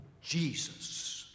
Jesus